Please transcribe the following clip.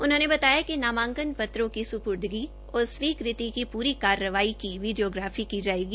उन्होंने बताया कि नामांकन पत्रों की सपूर्दगी और स्वीकृति की पूरी कार्रवाई की वीडियोग्राफी की जायेगी